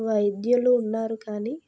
వైద్యులు ఉన్నారు కానీ